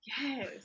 yes